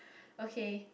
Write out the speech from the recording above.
okay